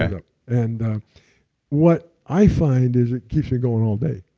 ah and what i find is it keeps me going all day.